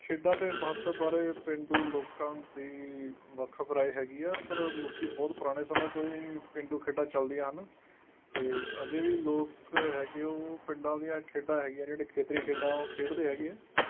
ਖੇਡਾਂ ਦੇ ਮਹੱਤਵ ਬਾਰੇ ਪੇਂਡੂ ਲੋਕਾਂ ਦੀ ਮੁਖਬਰਾਏ ਹੈਗੀ ਹੈ ਪਰ ਲੋਕੀਂ ਬਹੁਤ ਪੁਰਾਣੇ ਸਮੇਂ ਤੋਂ ਹੀ ਪੇਂਡੂ ਖੇਡਾਂ ਚੱਲਦੀਆਂ ਹਨ ਅਤੇ ਅਜੇ ਵੀ ਲੋਕ ਹੈਗੇ ਉਹ ਪਿੰਡਾਂ ਦੀਆਂ ਖੇਡਾਂ ਹੈਗੀਆਂ ਜਿਹੜੀਆਂ ਖੇਤਰੀ ਖੇਡਾਂ ਉਹ ਖੇਡਦੇ ਹੈਗੇ ਹੈ